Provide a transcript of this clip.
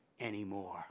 anymore